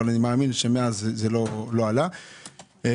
אבל אני מאמין שמאז לא עלה בהרבה.